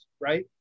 right